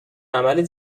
عمل